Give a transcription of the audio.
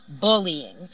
bullying